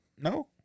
No